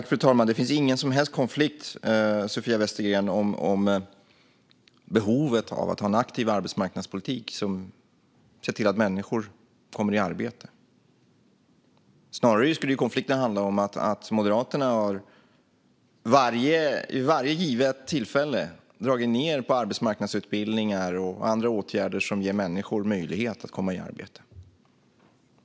Fru talman! Det finns ingen som helst konflikt, Sofia Westergren, om behovet av att ha en aktiv arbetsmarknadspolitik som ser till att människor kommer i arbete. Snarare borde konflikten handla om att Moderaterna vid varje givet tillfälle har dragit ned på arbetsmarknadsutbildningar och andra åtgärder som ger människor möjlighet att komma i arbete.